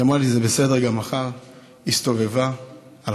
היא אמרה לי: זה בסדר גם מחר, הסתובבה, הלכה.